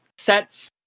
sets